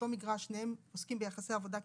שניהם עוסקים ביחסי עבודה קיבוציים.